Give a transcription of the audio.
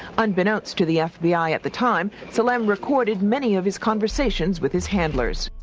unbeknownst to the fbi at the time, salem recorded many of his conversations with his handlers.